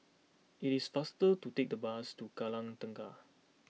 it is faster to take the bus to Kallang Tengah